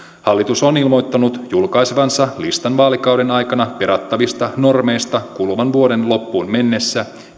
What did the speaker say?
hallitus on ilmoittanut julkaisevansa listan vaalikauden aikana perattavista normeista kuluvan vuoden loppuun mennessä